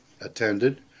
attended